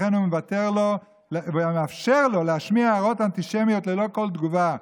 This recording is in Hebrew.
לכן הוא מוותר לו ומאפשר לו להשמיע הערות אנטישמיות ללא כל תגובה.